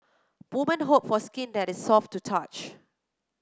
women hope for skin that is soft to the touch